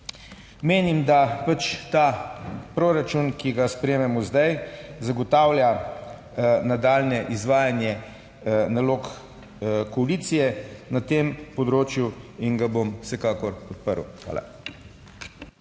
Menim, da pač ta proračun, ki ga sprejemamo zdaj, zagotavlja nadaljnje izvajanje nalog koalicije na tem področju in ga bom vsekakor podprl. Hvala.